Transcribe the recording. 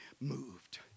moved